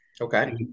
Okay